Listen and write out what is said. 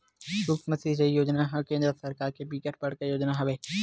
सुक्ष्म सिचई योजना ह केंद्र सरकार के बिकट बड़का योजना हवय